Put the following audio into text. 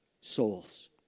souls